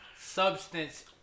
substance